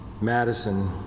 Madison